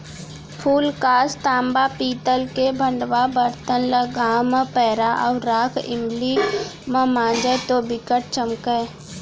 फूलकास, तांबा, पीतल के भंड़वा बरतन ल गांव म पैरा अउ राख इमली म मांजय तौ बिकट चमकय